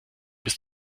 bis